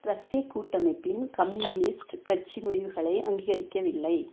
ரஷ்ய கூட்டமைப்பின் கம்யூனிஸ்ட் கட்சி முடிவுகளை அங்கீகரிக்கவில்லை